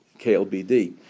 KLBD